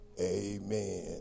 Amen